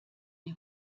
die